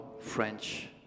French